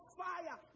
fire